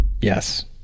yes